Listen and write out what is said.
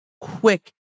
quick